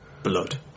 Blood